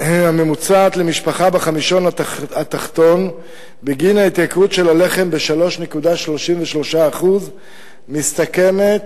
הממוצעת למשפחה בחמישון התחתון בגין ההתייקרות של הלחם ב-3.33% מסתכמת,